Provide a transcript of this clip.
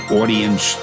audience